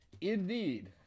Indeed